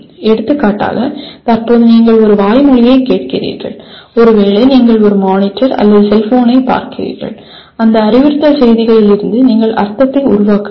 எடுத்துக்காட்டாக தற்போது நீங்கள் ஒரு வாய்மொழியைக் கேட்கிறீர்கள் ஒருவேளை நீங்கள் ஒரு மானிட்டர் அல்லது செல்போனில் பார்க்கிறீர்கள் அந்த அறிவுறுத்தல் செய்திகளிலிருந்து நீங்கள் அர்த்தத்தை உருவாக்க வேண்டும்